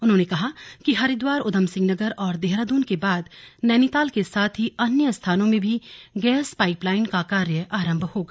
उन्होंने कहा कि हरिद्वार ऊधमसिंहनगर और देहरादून के बाद नैनीताल के साथ ही अन्य स्थानों में भी गैस पाइप लाइन का कार्य आरम्भ होगा